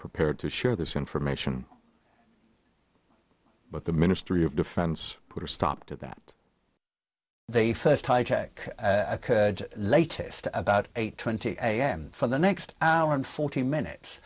prepared to share this information but the ministry of defense put a stop to that they first hijack latest about eight twenty a m for the next hour and forty minutes